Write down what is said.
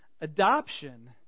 Adoption